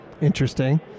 Interesting